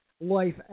life